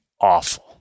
awful